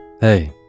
Hey